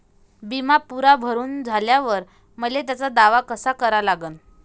बिमा पुरा भरून झाल्यावर मले त्याचा दावा कसा करा लागन?